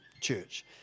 Church